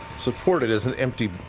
support it as an empty,